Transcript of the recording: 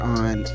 on